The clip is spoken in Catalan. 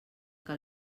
que